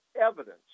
evidence